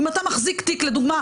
אם אתה מחזיק תיק לדוגמה,